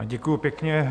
Děkuji pěkně.